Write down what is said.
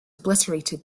obliterated